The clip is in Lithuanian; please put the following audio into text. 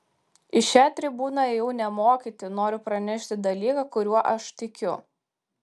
į šią tribūną ėjau ne mokyti noriu pranešti dalyką kuriuo aš tikiu